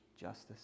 justice